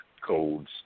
codes